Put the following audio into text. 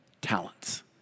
talents